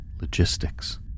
logistics